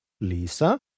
Lisa